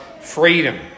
freedom